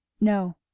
no